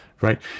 right